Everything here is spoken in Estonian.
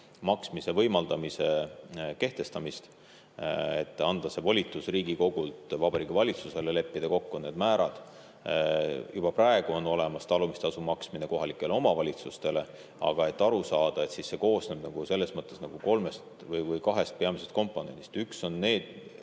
maksmise võimaldamise kehtestamist, et anda see volitus Riigikogult Vabariigi Valitsusele, leppida kokku need määrad. Juba praegu on olemas talumistasu maksmine kohalikele omavalitsustele, aga et aru saada, siis see koosneb nagu kahest peamisest komponendist. Üks on see